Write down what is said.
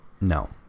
No